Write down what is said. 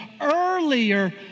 earlier